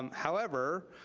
however,